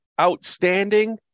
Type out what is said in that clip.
outstanding